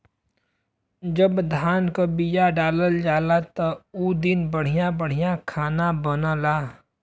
जब धान क बिया डालल जाला त उ दिन बढ़िया बढ़िया खाना बनला